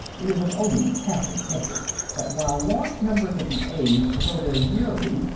it is of only passing interest that, while large numbers of the aged go there yearly,